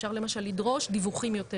אפשר למשל לדרוש דיווחים יותר